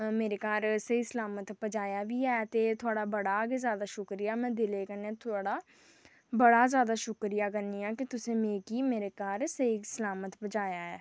ते तुसें मिगी स्हेई सलामत घर पजाया बी ऐ ते थुआढ़ा बड़ा गै जैदा शुक्रिया में दिलै कन्नै थुआढ़ा बड़ा जैदा शुक्रिया करनी आं कि तुसें मिगी मेरे घर स्हेई सलामत पजाया ऐ